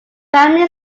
family